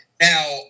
Now